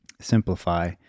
Simplify